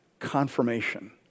confirmation